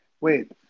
wait